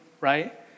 right